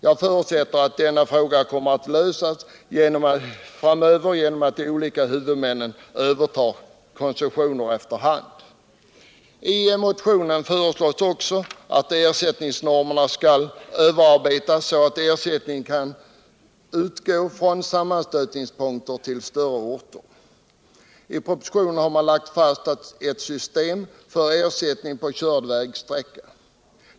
Jag förutsätter att denna fråga kommer att lösas framöver genom att de olika huvudmännen övertar koncessionerna efter hand. I motionen föreslås också att ersättningsnormerna skall överarbetas så att ersättning kan utgå även för linjer från sammanstötningspunkter till större orter. I propositionen har man lagt fast ett system för ersättning baserat på körd vägsträcka.